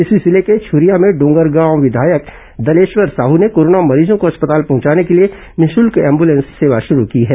इसी जिले के छूरिया में डोंगरगांव विधायक दलेश्वर साह ने कोरोना मरीजों को अस्पताल पहुंचाने के लिए निःशल्क एंबुलेंस सेवा शुरू की है